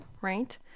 right